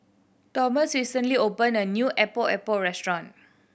Tomas recently opened a new Epok Epok restaurant